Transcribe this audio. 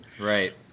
right